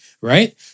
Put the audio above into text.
Right